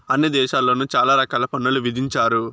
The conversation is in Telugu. అన్ని దేశాల్లోను చాలా రకాల పన్నులు విధించారు